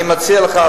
אני מציע לך,